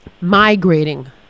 migrating